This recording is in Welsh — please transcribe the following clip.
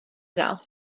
yno